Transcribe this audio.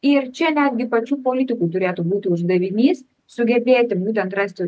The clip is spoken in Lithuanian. ir čia netgi pačių politikų turėtų būti uždavinys sugebėti būtent rasti